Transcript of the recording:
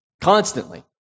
Constantly